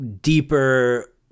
deeper